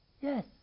Yes